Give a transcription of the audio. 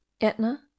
Etna